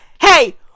Hey